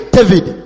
David